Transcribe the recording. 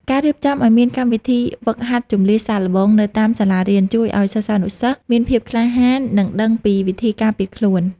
ការរៀបចំឱ្យមានកម្មវិធីហ្វឹកហាត់ជម្លៀសសាកល្បងនៅតាមសាលារៀនជួយឱ្យសិស្សានុសិស្សមានភាពក្លាហាន និងដឹងពីវិធីការពារខ្លួន។